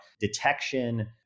detection